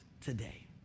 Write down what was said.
today